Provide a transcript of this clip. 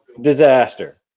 disaster